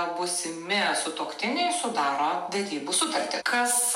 būsimi sutuoktiniai sudaro vedybų sutartį kas